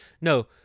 No